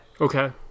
Okay